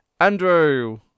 Andrew